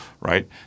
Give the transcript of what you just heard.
right